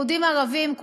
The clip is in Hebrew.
יהודים וערבים,